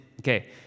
okay